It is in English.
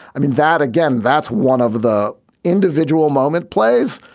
i mean, that again, that's one of the individual moment plays.